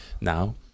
now